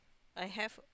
I have